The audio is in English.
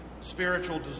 spiritual